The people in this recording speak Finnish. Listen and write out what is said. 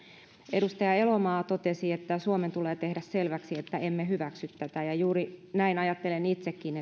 edustaja elomaa totesi että suomen tulee tehdä selväksi että emme hyväksy tätä ja juuri näin ajattelen itsekin